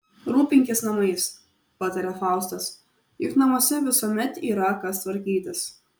rūpinkis namais pataria faustas juk namuose visuomet yra kas tvarkytis